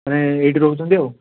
ମାନେ ଏଇଠି ରହୁଛନ୍ତି ଆଉ